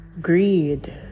Greed